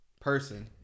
person